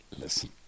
listen